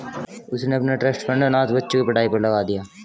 उसने अपना trust fund अनाथ बच्चों की पढ़ाई पर लगा दिया